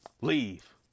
Leave